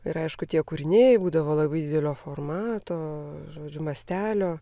ir aišku tie kūriniai būdavo labai didelio formato žodžiu mastelio